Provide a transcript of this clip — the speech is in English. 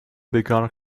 began